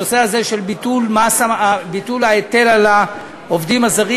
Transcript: הנושא הזה של ביטול ההיטל על העובדים הזרים.